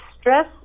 stress